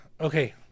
okay